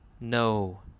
no